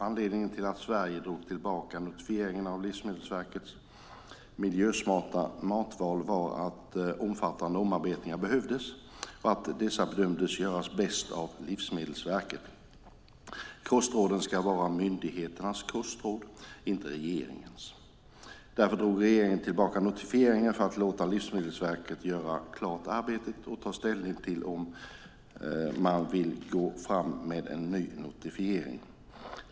Anledningen till att Sverige drog tillbaka notifieringen av Livsmedelsverkets miljösmarta matval var att omfattande omarbetningar behövdes och att dessa bedömdes göras bäst av Livsmedelsverket. Kostråden ska vara myndigheternas kostråd, inte regeringens. Därför drog regeringen tillbaka notifieringen för att låta Livsmedelsverket göra klart arbetet och ta ställning till om man vill gå fram med en ny notifiering.